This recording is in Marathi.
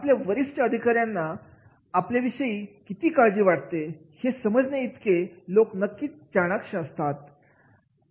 आपल्या वरिष्ठ अधिकाऱ्यांना आपल्या विषयी किती काळजी वाटते हे समजण्याइतके लोक नक्कीच चाणाक्ष असतात